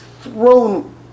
thrown